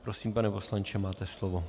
Prosím, pane poslanče, máte slovo.